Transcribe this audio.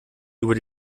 über